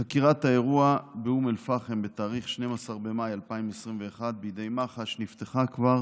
חקירת האירוע באום אל-פחם בתאריך 12 במאי 2021 בידי מח"ש נפתחה כבר